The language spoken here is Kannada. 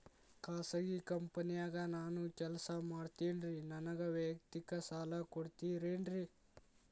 ಖಾಸಗಿ ಕಂಪನ್ಯಾಗ ನಾನು ಕೆಲಸ ಮಾಡ್ತೇನ್ರಿ, ನನಗ ವೈಯಕ್ತಿಕ ಸಾಲ ಕೊಡ್ತೇರೇನ್ರಿ?